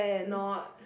not